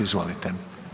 Izvolite.